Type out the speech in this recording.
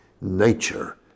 nature